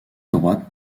droite